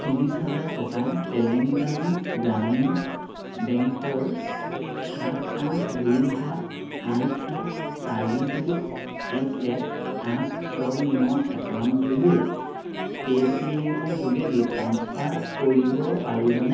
ত্ৰিছ হাজাৰ টকা তেলেঙ্গানা গ্ৰামীণ বেংকৰ সাত আঠ দুই সাত আঠ সাত চাৰি দুই এক এক আঠ ছয় ন একাউণ্টটোলৈ পেটিএমৰ যোগেদি ট্ৰাঞ্চফাৰ কৰিব পাৰিবনে